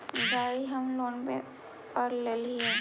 गाड़ी हम लोनवे पर लेलिऐ हे?